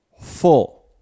full